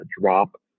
drop